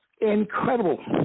Incredible